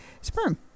sperm